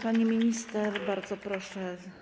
Pani minister, bardzo proszę.